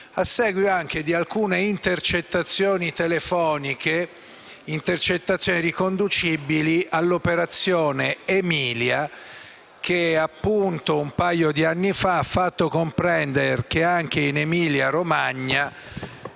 a seguito di alcune intercettazioni telefoniche riconducibili all'operazione "Aemilia", che appunto un paio di anni fa ha fatto comprendere che anche in Emilia-Romagna